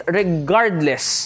regardless